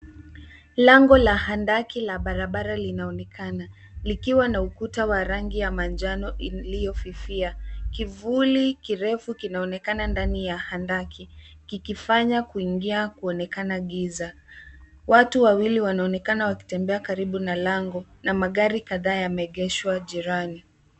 Lango la handaki la barabara linaonekana likiwa na ukuta wa rangi ya manjano iliyofifia. Kivuli kirefu kinaonekana ndani ya handaki kikifanya kuingia kuonekana giza. Watu wawili wanaonekana wakitembea karibu na lango na magari kadhaa yameegeshwa jirani.